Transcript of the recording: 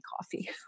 coffee